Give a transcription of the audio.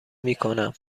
میکنم